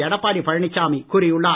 எடப்பாடி பழனிசாமி கூறியுள்ளார்